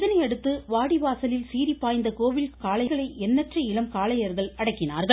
இதனையடுத்து வாடி வாசலில் சீறிப்பாய்ந்த கோவில் களைகளை எண்ணற்ற இளம் காளையர்கள் அடக்கினார்கள்